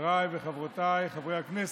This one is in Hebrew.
חבריי וחברותיי חברי הכנסת,